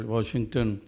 Washington